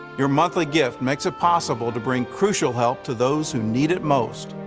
your monthly gift makes it possible to bring crucial help to those who need it most.